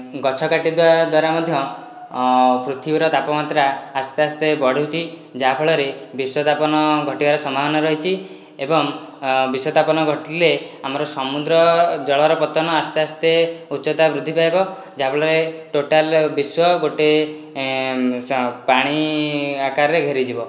ଗଛ କାଟିଦେବା ଦ୍ୱାରା ମଧ୍ୟ ପୃଥିବୀର ତାପମାତ୍ରା ଆସ୍ତେ ଆସ୍ତେ ବଢୁଛି ଯାହାଫଳରେ ବିଶ୍ୱତାପନ ଘଟିବାର ସମ୍ଭାବନା ରହିଛି ଏବଂ ବିଶ୍ୱତାପନ ଘଟିଲେ ଆମର ସମୁଦ୍ର ଜଳର ପତନ ଆସ୍ତେ ଆସ୍ତେ ଉଚ୍ଚତା ବୃଦ୍ଧିପାଇବ ଯାହାଫଳରେ ଟୋଟାଲ ବିଶ୍ୱ ଗୋଟିଏ ପାଣିଆକାରରେ ଘେରିଯିବ